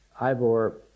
Ivor